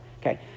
Okay